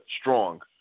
Strong